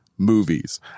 movies